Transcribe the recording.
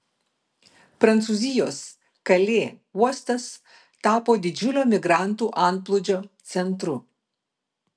prancūzijos kalė uostas tapo didžiulio migrantų antplūdžio centru